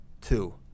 Two